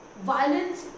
violence